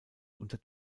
unter